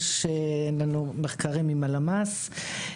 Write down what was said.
יש לנו מחקרים עם הלמ"ס,